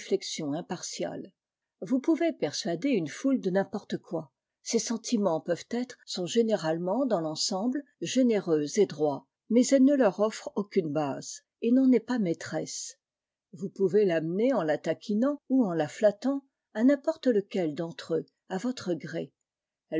vous pouvez persuader une foule de n'importe quoi ses sentiments peuvent être sont généralement dans l'ensemble généreux et droits mais elle ne leur offre aucune base et n'en est pas maîtresse vous pouvez l'amener en la taquinant ou en la flattant à n'importe lequel d'en tre eux à votre gré